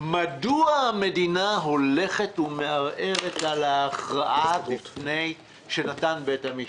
מדוע המדינה הולכת ומערערת על ההכרעה שנתן בית המשפט?